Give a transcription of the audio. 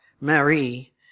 Marie